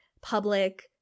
public